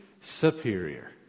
superior